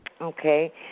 Okay